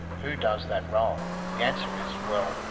who does that role? the answer is, well,